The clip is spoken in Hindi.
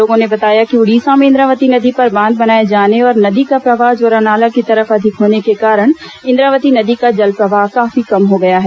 लोगों ने बताया कि उड़ीसा में इन्द्रावती नदी पर बांध बनाए जाने और नदी का प्रवाह जोरा नाला की तरफ अधिक होने के कारण इंद्रावती नदी का जलप्रवाह काफी कम हो गया है